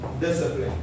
discipline